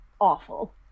awful